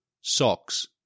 socks